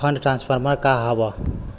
Fund transfer का हव?